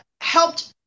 helped